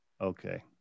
Okay